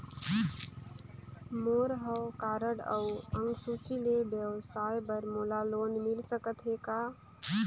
मोर हव कारड अउ अंक सूची ले व्यवसाय बर मोला लोन मिल सकत हे का?